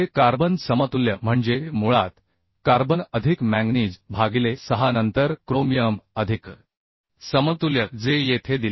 येथे कार्बन समतुल्य म्हणजे मुळात कार्बन अधिक मॅंगनीज भागिले 6 नंतर क्रोमियम अधिक मोलिब्डेनम अधिक व्हॅनॅडियम 5 ने आणि निकेल अधिक तांबे 15 ने तर या बेरीजला कार्बन म्हणतात